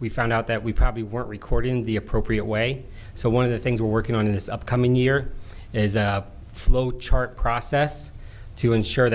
we found out that we probably weren't recording the appropriate way so one of the things we're working on in this upcoming year is a flow chart process to ensure